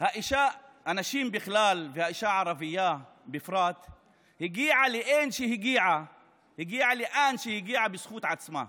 שהנשים בכלל והאישה הערבייה בפרט הגיעו לאן שהן הגיעו בזכות עצמן.